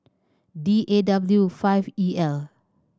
D A W five E L